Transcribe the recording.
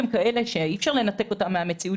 אי אפשר לנתק את המספרים האלה מהמציאות